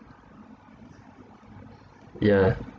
yeah